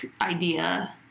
idea